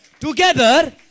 Together